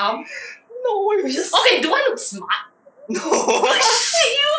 no you just no